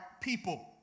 people